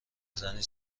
زنی